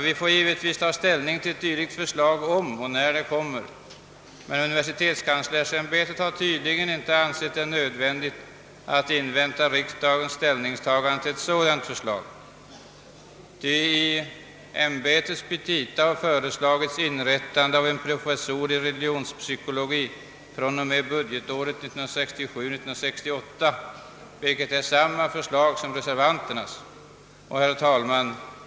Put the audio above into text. Vi får givetvis ta ställning till ett dylikt förslag om och när det kommer. Universitetskanslersämbetet har tydligen dock inte ansett det nödvändigt att invänta riksdagens = ställningstagande till ett sådant förslag, ty i ämbetets petita har föreslagits inrättande av en professur i religionspsykologi från budgetåret 1967/68, vilket är samma förslag som reservanternas. Herr talman!